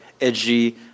edgy